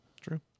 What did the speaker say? True